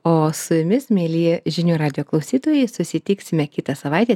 o su jumis mieli žinių radijo klausytojai susitiksime kitą savaitę